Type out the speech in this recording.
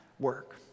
work